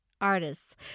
artists